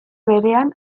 berean